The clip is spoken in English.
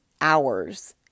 hours